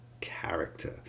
character